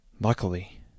Luckily